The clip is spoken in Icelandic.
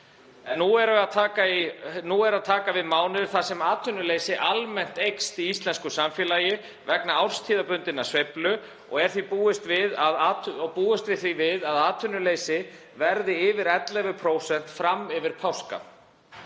nú er að taka við mánuður þar sem atvinnuleysi eykst almennt í íslensku samfélagi vegna árstíðabundinnar sveiflu og er því búist við að atvinnuleysi verði yfir 11% fram yfir páska.